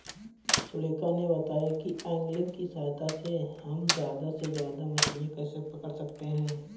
सुलेखा ने बताया कि ऐंगलिंग की सहायता से हम ज्यादा से ज्यादा मछलियाँ कैसे पकड़ सकते हैं